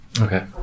Okay